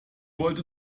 wollte